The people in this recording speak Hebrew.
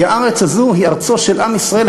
כי הארץ הזאת היא ארצו של עם ישראל,